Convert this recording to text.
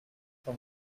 for